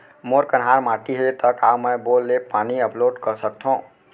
मोर कन्हार माटी हे, त का मैं बोर ले पानी अपलोड सकथव?